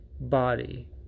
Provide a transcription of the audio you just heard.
body